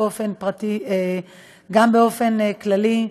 אבל גם באופן כללי,